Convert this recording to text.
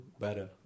better